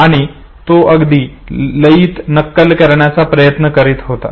आणि तो अगदी लयीत नक्कल करण्याचा प्रयत्न करीत होता